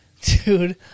Dude